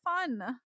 fun